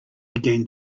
began